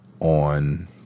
On